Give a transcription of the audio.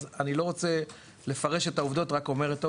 אז אני לא רוצה לפרש את העובדות רק אומר אותן,